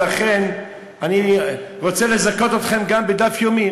ולכן אני רוצה לזכות אתכם בדף יומי,